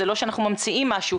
זה לא שלא אנחנו ממציאים משהו,